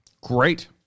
Great